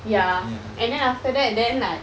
ya and then after that then like